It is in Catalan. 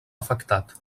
afectat